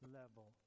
level